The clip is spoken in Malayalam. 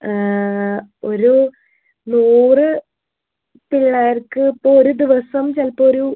ഒരു നൂറ് പിള്ളേർക്ക് ഇപ്പോൾ ഒരു ദിവസം ചിലപ്പോൾ ഒരു